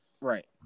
Right